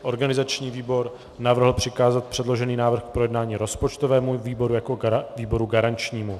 Organizační výbor navrhl přikázat předložený návrh k projednání rozpočtovému výboru jako výboru garančnímu.